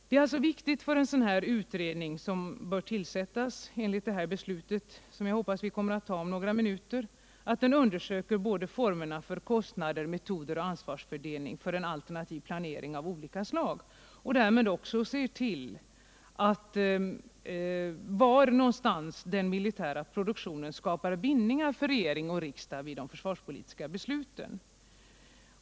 Det är alltså viktigt att en sådan utredning, tillsatt enligt det beslut som jag hoppas att vi kommer att fatta om några minuter, undersöker kostnader, metoder och ansvarsfördelning för alternativ planering av olika slag och därmed också konstaterar var den militära produktionen skapar bindningar för regering och riksdag vid de försvarspolitiska besluten.